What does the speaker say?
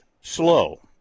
slow